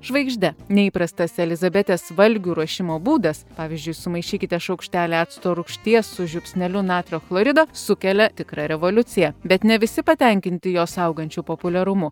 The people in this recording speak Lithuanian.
žvaigžde neįprastas elizabetės valgių ruošimo būdas pavyzdžiui sumaišykite šaukštelį acto rūgšties su žiupsneliu natrio chlorido sukelia tikrą revoliuciją bet ne visi patenkinti jos augančiu populiarumu